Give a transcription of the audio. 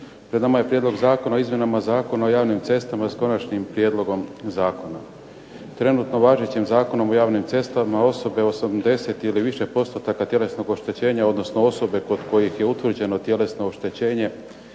Pred nama je Prijedlog zakona o izmjenama Zakona o javnim cestama s Konačnim prijedlogom zakona trenutno važećim zakonom o javnim cestama osobe 80 ili više postotka tjelesnog oštećenja, odnosno osobe kod kojih je utvrđeno oštećenje